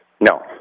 No